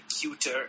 cuter